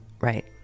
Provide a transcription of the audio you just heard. Right